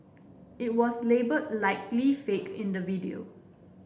it was labelled Likely Fake in the video